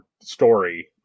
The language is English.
story